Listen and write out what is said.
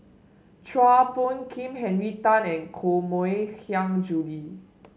Chua Phung Kim Henry Tan and Koh Mui Hiang Julie